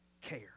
care